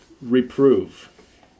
reprove